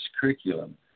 curriculum